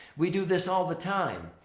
we do this all the time.